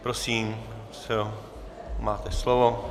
Prosím máte slovo.